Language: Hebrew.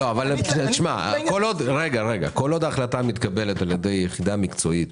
כל עוד החלטה מתקבלת על-ידי יחידה מקצועית